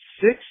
six